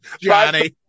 johnny